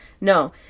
no